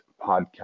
podcast